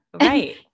Right